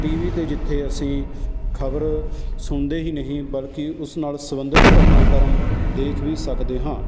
T V 'ਤੇ ਜਿੱਥੇ ਅਸੀਂ ਖਬਰ ਸੁਣਦੇ ਹੀ ਨਹੀਂ ਬਲਕਿ ਉਸ ਨਾਲ ਸਬੰਧਿਤ ਘਟਨਾਕ੍ਰਮ ਦੇਖ ਵੀ ਸਕਦੇ ਹਾਂ